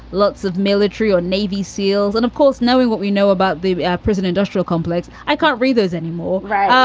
lots of military or navy seals. and of course, knowing what we know about the prison industrial complex, i can't read those anymore.